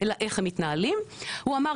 אלא איך הם מתנהלים הוא אמר,